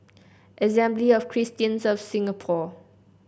Assembly of Christians of Singapore